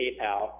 PayPal